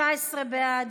19 בעד,